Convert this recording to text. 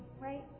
right